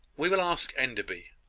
we will ask enderby.